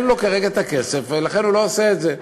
אין לו כרגע הכסף, ולכן הוא לא עושה את זה.